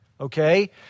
Okay